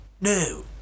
no